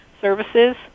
services